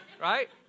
Right